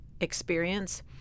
experience